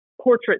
portrait